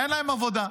אין להם עבודה.